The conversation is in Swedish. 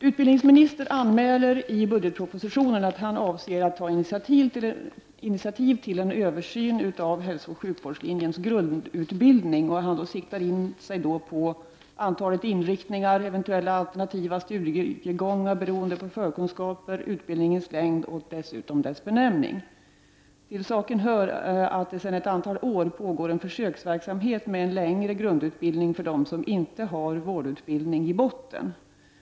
Utbildningsministern anmäler i budgetpropositionen att han avser att ta initiativ till en översyn av hälsooch sjukvårdslinjens grundutbildning. Han siktar in sig på bl.a. antalet inriktningar, eventuella alternativa studiegångar beroende på förkunskaper, utbildningens längd och dessutom dess benämning. Till saken hör att det sedan ett antal år pågår en försöksverksamhet med en längre grundutbildning för dem som inte har vårdutbildning i botten.